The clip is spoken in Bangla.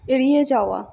এড়িয়ে যাওয়া